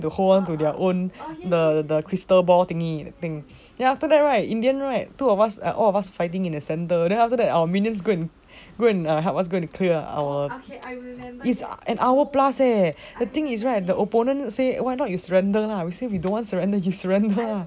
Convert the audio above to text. the hold on to their own the the crystal ball thingy that thing then after that right in the end right two of us at all of us fighting in a centre then after that our minions go and err go and help us clear our is an hour plus leh the thing is right the opponents say why not you surrender lah we say we don't want surrender you surrender